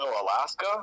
alaska